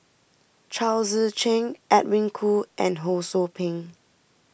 Chao Tzee Cheng Edwin Koo and Ho Sou Ping